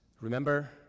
Remember